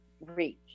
reach